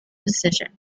position